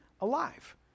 alive